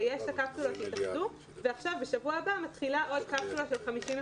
שיש את הקפסולות שהתאחדו ובשבוע הבא מתחילה עוד קפסולה חדשה של 50,